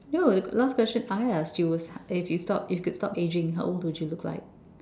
no last question I ask you was if you stop if you could stop ageing how old would you look like